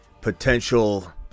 potential